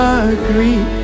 agree